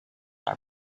are